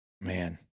man